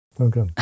Okay